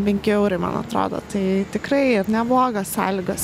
penki eurai man atrodo tai tikrai neblogos sąlygos